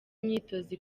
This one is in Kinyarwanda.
imyitozo